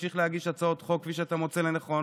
תמשיך להגיש הצעות חוק כפי שאתה מוצא לנכון.